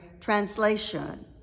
translation